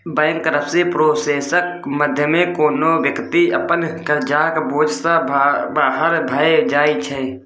bankruptcy प्रोसेसक माध्यमे कोनो बेकती अपन करजाक बोझ सँ बाहर भए जाइ छै